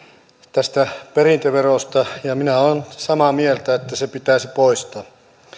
tästä perintöverosta minä olen samaa mieltä että se pitäisi poistaa